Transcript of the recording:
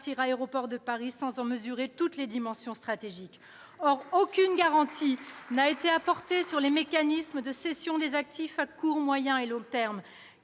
partir ADP sans en mesurer toutes les dimensions stratégiques. Or aucune garantie n'a été apportée sur les mécanismes de cessions des actifs à court, moyen et long termes